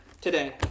today